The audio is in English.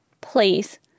please